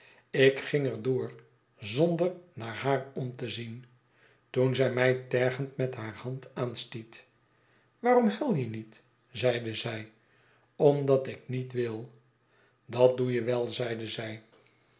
ik ging er door zonder naar haar om te zien toen zij mij tergend met hare hand aanstiet waarom huil je niet zeide zij omdat ik niet wil dat doe je wel zeide zij